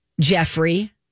Jeffrey